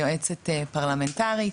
היא יועצת פרלמנטרית,